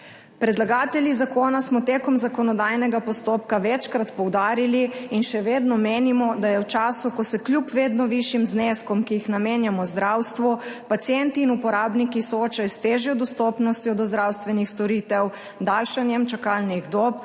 Predlagatelji zakona smo tekom zakonodajnega postopka večkrat poudarili in še vedno menimo, da je v času, ko se kljub vedno višjim zneskom, ki jih namenjamo zdravstvu, pacienti in uporabniki soočajo s težjo dostopnostjo do zdravstvenih storitev, **14. TRAK: